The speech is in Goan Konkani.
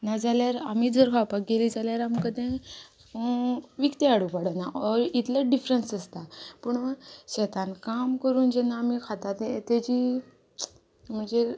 नाजाल्यार आमीच जर खावपाक गेलीं जाल्यार आमकां तें विकतें हाडूं पडना ऑर इतलेंत डिफरन्स आसता पुणू शेतान काम करून जेन्ना आमी खाता तें तेजी म्हणजेर